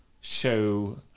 show